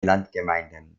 landgemeinden